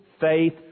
faith